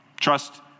trust